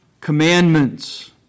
commandments